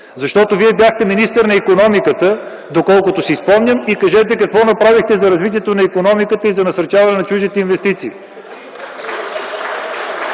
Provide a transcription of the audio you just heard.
Защото Вие бяхте министър на икономиката, доколкото си спомням, кажете какво направихте за развитието на икономиката и насърчаването на чуждите инвестиции?